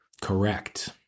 Correct